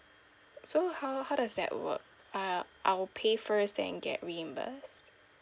so how how does that work I'll I will pay first then get reimbursed